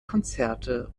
konzerte